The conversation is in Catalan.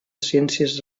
ciències